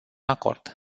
acord